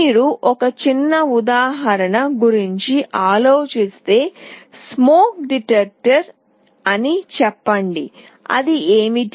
మీరు ఒక చిన్న ఉదాహరణ గురించి ఆలోచిస్తే స్మోక్ డిటెక్టర్ అని చెప్పండి అది ఏమిటి